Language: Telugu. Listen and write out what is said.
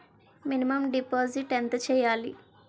మినిమం డిపాజిట్ ఎంత చెయ్యాలి?